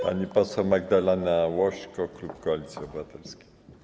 Pani poseł Magdalena Łośko, klub Koalicji Obywatelskiej.